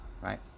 right